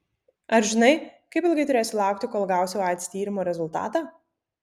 ar žinai kaip ilgai turėsiu laukti kol gausiu aids tyrimo rezultatą